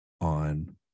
on